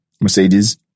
Mercedes